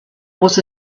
was